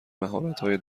مهارتهای